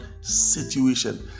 situation